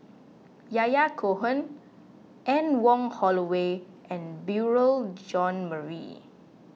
Yahya Cohen Anne Wong Holloway and Beurel John Marie